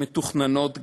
שמתוכננות גם,